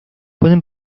pueden